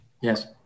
Yes